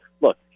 Look